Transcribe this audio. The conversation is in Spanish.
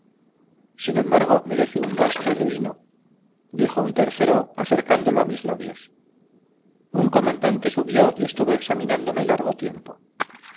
sin embargo merece un vaso de vino digo un tercero acercándolo a mis labios un comandante subió y estuvo examinándome largo tiempo